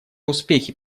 успехи